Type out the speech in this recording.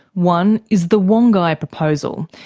one is the wongai proposal,